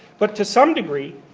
but to some degree,